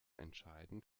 entscheidend